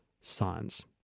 Science